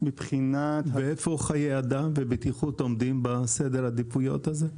איפה חיי אדם ובטיחות עומדים בסדר העדיפויות הזה?